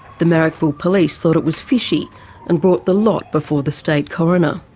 the marrickville police thought it was fishy and brought the lot before the state coroner.